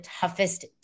toughest